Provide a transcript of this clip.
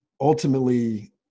Ultimately